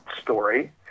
story